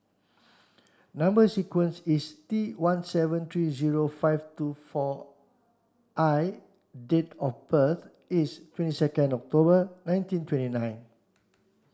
number sequence is T one seven three zero five two four I date of birth is twenty second October nineteen twenty nine